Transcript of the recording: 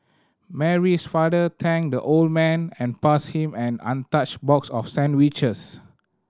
Mary's father thanked the old man and passed him an untouched box of sandwiches